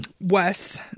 Wes